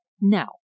now